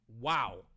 Wow